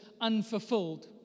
unfulfilled